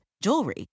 jewelry